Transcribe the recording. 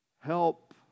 help